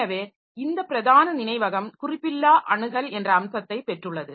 எனவே இந்த பிரதான நினைவகம் குறிப்பில்லா அணுகல் என்ற அம்சத்தைப் பெற்றுள்ளது